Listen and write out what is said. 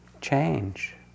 change